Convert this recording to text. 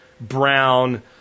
brown